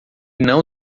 não